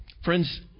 Friends